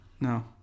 No